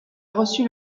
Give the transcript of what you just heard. reçu